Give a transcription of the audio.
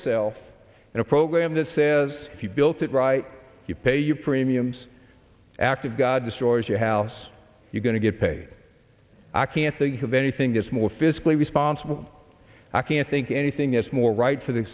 itself in a program that says if you built it right you pay your premiums active god destroys your house you're going to get paid i can't think of anything that's more fiscally responsible i can't think anything is more right for the